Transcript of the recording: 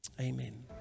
amen